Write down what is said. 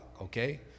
Okay